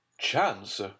Chance